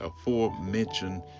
aforementioned